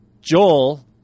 Joel